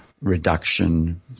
reduction